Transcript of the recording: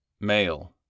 male